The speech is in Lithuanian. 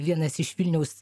vienas iš vilniaus